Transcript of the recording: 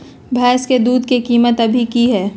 भैंस के दूध के कीमत अभी की हई?